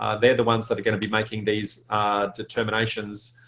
ah they're the ones that are going to be making these determinations.